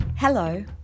Hello